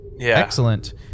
Excellent